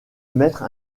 mettre